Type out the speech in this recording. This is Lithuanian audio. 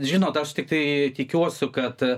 žinot aš tik tai tikiuosi kad